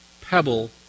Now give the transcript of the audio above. pebble